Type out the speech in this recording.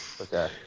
Okay